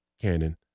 canon